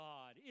God